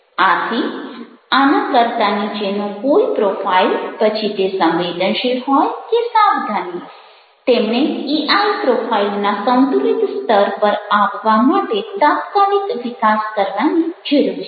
આથી આના કરતા નીચેનો કોઈ પ્રોફાઇલ પછી તે સંવેદનશીલ હોય કે સાવધાની તેમણે ઇઆઇ પ્રોફાઇલના સંતુલિત સ્તર પર આવવા માટે તાત્કાલિક વિકાસ કરવાની જરૂર છે